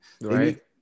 Right